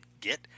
get